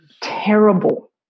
terrible